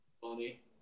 funny